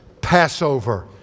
Passover